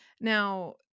Now